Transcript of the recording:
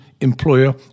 employer